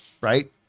right